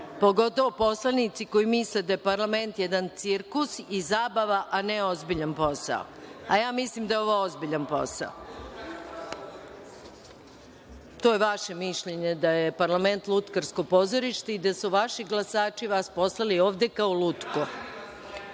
pogotovo poslanici koji misle da je parlament jedan cirkus i zabava, a ne ozbiljan posao. A ja mislim da je ovo ozbiljan posao.(Saša Radulović: Lutkarsko pozorište.)To je vaše mišljenje da je parlament lutkarsko pozorište i da su vaši glasači vas poslali ovde kao lutku.(Saša